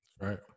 Right